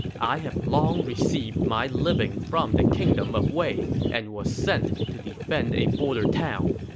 i have long received my living from the kingdom of wei and was sent to defend a border town.